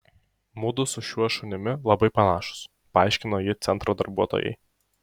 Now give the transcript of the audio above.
mudu su šiuo šunimi labai panašūs paaiškino ji centro darbuotojai